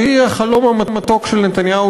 שהיא החלום המתוק של נתניהו,